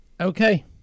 Okay